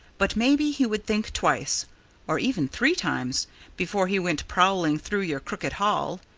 but maybe he would think twice or even three times before he went prowling through your crooked hall.